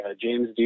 James